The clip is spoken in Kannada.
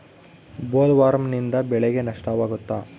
ಬೊಲ್ವರ್ಮ್ನಿಂದ ಬೆಳೆಗೆ ನಷ್ಟವಾಗುತ್ತ?